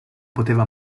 poteva